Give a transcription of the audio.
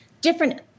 different